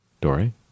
Dory